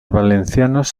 valencianos